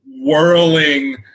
whirling